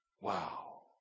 Wow